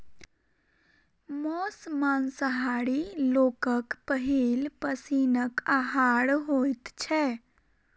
मौस मांसाहारी लोकक पहिल पसीनक आहार होइत छै